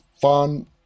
fun